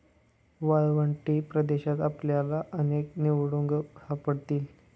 वाळवंटी प्रदेशात आपल्याला अनेक निवडुंग सापडतील